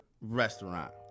restaurant